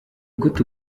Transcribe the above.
gute